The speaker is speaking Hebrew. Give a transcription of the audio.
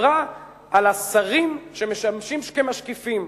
ודיברה על השרים שמשמשים כמשקיפים,